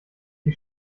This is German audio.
die